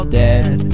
dead